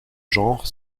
genre